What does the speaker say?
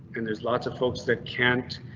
and there's lots of folks that can't.